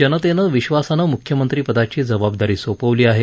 जनतेनं विश्वासानं म्ख्यमंत्रीपदाची जबाबदारी सोपवली आहे